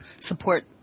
support